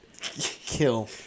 kill